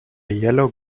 yellow